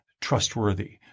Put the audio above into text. trustworthy